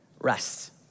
rest